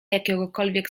jakiegokolwiek